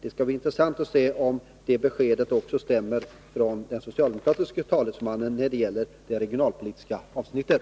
Det skall bli intressant att se om det beskedet ges även av den socialdemokratiske talesmannen när det gäller det regionalpolitiska avsnittet.